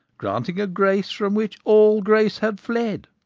granting a grace from which all grace had fled,